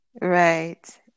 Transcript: Right